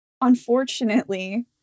unfortunately